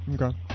Okay